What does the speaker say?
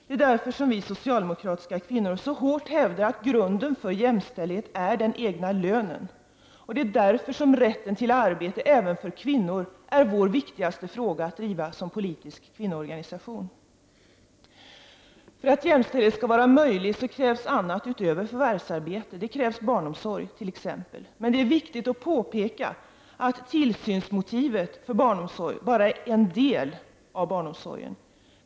Det är därför vi socialdemokratiska kvinnor så hårt hävdar att grunden för jämställdhet är den egna lönen, och det är därför som rätten till arbete, även för kvinnor, är vår viktigaste fråga att driva som politisk kvinnoorganisation. För att jämställdhet skall vara möjlig krävs mera än förvärvsarbete. Det krävs t.ex. barnomsorg. Men det är viktigt att påpeka att tillsynsmotivet bara är en del av barnomsorgen.